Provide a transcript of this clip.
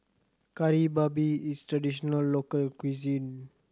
Kari Babi is traditional local cuisine